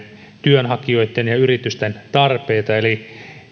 työnhakijoitten ja yritysten tarpeita eli ei katsota